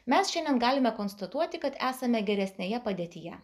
mes šiandien galime konstatuoti kad esame geresnėje padėtyje